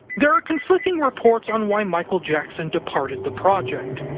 there are conflicting reports on why michael jackson departed the project.